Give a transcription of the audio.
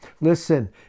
Listen